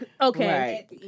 Okay